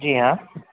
جی ہاں